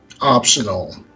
optional